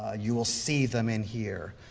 ah you will see them in here.